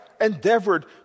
endeavored